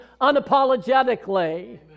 unapologetically